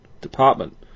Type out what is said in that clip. Department